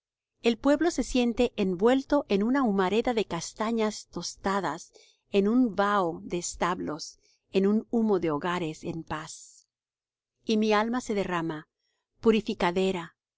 el pueblo se siente envuelto en una humareda de castañas tostadas en un vaho de establos en un humo de hogares en paz y mi alma se derrama purificadera